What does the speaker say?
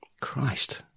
Christ